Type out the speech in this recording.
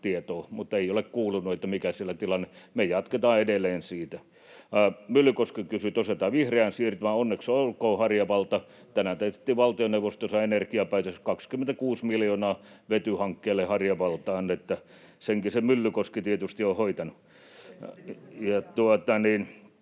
mutta ei ole kuulunut, mikä siellä on tilanne. Me jatketaan edelleen siitä. Myllykoski kysyi tosiaan tästä vihreästä siirtymästä. Onneksi olkoon, Harjavalta: Tänään tehtiin valtioneuvostossa energiapäätös, 26 miljoonaa vetyhankkeelle Harjavaltaan. [Jari Myllykoski: Jes!] Senkin